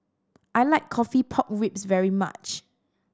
I like coffee pork ribs very much